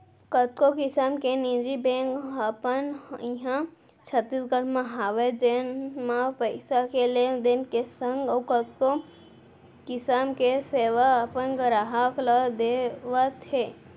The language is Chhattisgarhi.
कतको किसम के निजी बेंक हमन इहॉं छत्तीसगढ़ म हवय जेन म पइसा के लेन देन के संग अउ कतको किसम के सेवा अपन गराहक ल देवत हें